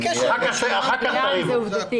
אחר כך תריבו.